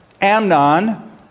Amnon